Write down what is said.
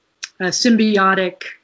symbiotic